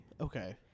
Okay